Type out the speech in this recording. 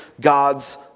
God's